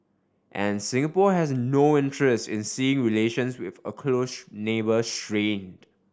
and Singapore has no interest in seeing relations with a close neighbour strained